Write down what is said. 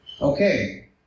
Okay